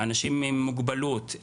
אנשים עם מוגבלות,